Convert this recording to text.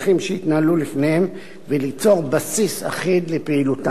שיתנהלו לפניהן וליצור בסיס אחיד לפעילותן.